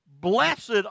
Blessed